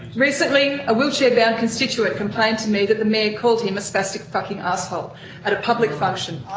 recently, a wheelchair bound constituent complained to me that the mayor called him a spastic fucking arsehole at a public function,